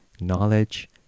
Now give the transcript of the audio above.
knowledge